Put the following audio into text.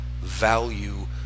value